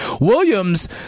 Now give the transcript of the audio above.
Williams